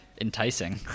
Enticing